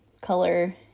color